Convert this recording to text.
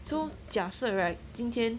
so 假设 right 今天